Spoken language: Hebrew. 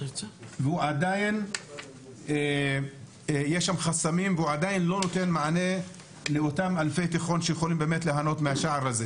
והוא עדיין לא נותן מענה לאותם אלפי בוגרי תיכון שיוכלו להנות ממנו.